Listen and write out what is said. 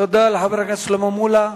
תודה לחבר הכנסת שלמה מולה.